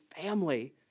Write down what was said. family